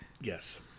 Yes